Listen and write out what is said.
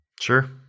sure